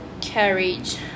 carriage